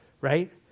right